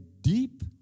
deep